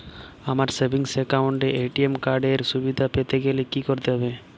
আমার savings account এ ATM card এর সুবিধা পেতে গেলে কি করতে হবে?